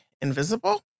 invisible